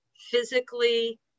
physically